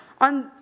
on